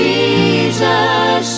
Jesus